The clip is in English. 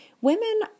women